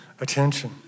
attention